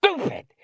stupid